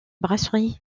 brasserie